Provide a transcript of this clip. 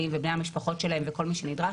ובני המשפחות שלהם וכל מי שנדרש,